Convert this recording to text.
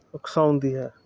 ਉਕਸਾਉਂਦੀ ਹੈ